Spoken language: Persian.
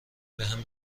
بهم